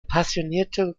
passionierte